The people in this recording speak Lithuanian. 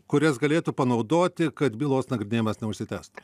kurias galėtų panaudoti kad bylos nagrinėjimas neužsitęstų